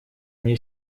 мне